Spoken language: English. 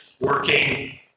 working